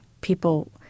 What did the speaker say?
people